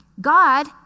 God